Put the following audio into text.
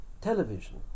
Television